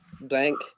bank